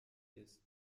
ist